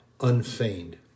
unfeigned